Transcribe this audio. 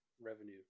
revenue